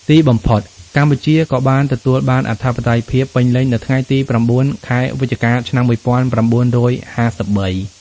ទីបំផុត កម្ពុជាក៏បានទទួលបានអធិបតេយ្យភាពពេញលេញនៅថ្ងៃទី៩ ខែវិច្ឆិកា ឆ្នាំ១៩៥៣។